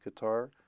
Qatar